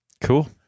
Cool